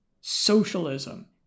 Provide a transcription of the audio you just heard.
socialism